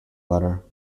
letter